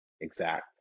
exact